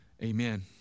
Amen